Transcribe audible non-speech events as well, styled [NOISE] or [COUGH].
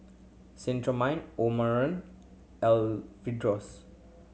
Cetrimide Omron [UNINTELLIGIBLE]